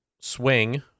swing